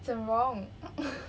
整容